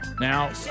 Now